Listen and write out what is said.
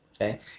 Okay